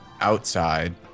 outside